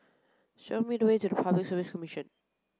show me the way to Public Service Commission